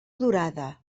durada